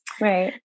Right